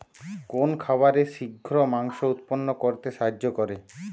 কোন খাবারে শিঘ্র মাংস উৎপন্ন করতে সাহায্য করে?